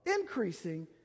Increasing